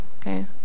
Okay